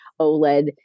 OLED